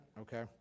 okay